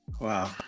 Wow